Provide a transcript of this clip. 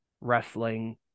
wrestling